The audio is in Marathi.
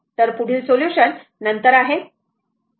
तर पुढील सोलुशन नंतर आहे